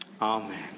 Amen